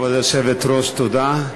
כבוד היושבת-ראש, תודה,